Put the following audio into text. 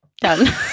Done